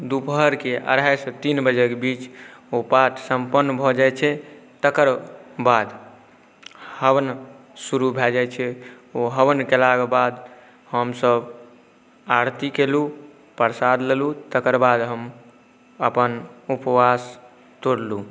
दुपहरके अढ़ाइसँ तीन बजेके बीच ओ पाठ सम्पन्न भऽ जाइ छै तकर बाद हवन शुरू भऽ जाइ छै ओ हवन कएलाके बाद हमसब आरती केलहुँ प्रसाद लेलहुँ तकर बाद हम अपन उपवास तोड़लहुँ